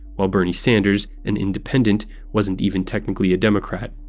while bernie sanders an independent wasn't even technically a democrat.